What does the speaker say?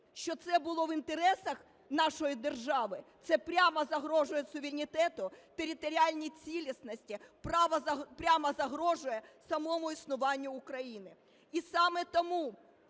що це було в інтересах нашої держави? Це прямо загрожує суверенітету, територіальній цілісності, прямо загрожує самому існуванню України.